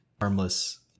harmless